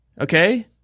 Okay